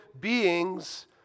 beings